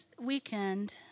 weekend